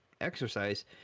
exercise